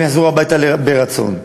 הם יחזרו הביתה מרצון.